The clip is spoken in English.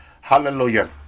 hallelujah